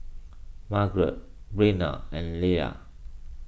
Margare Brenna and Leia